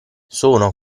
sono